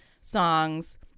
songs